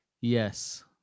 Yes